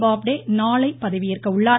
பாப்டே நாளை பதவியேற்க உள்ளார்